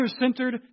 centered